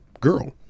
girl